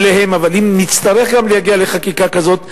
אבל אם נצטרך גם להגיע לחקיקה כזאת,